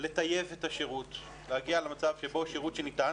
לטייב את השירות ולהגיע למצב ששירות שניתן